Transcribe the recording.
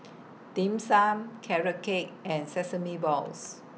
Dim Sum Carrot Cake and Sesame Balls